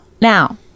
Now